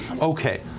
Okay